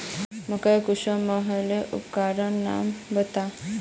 मकई कुंसम मलोहो उपकरनेर नाम बता?